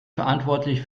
verantwortlich